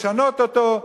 לשנות אותו,